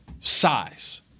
size